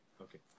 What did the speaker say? Okay